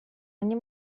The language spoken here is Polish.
mnie